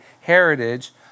heritage